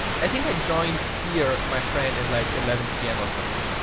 i think i joined here my friend at like eleven pm or something.